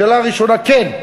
שאלה ראשונה, כן,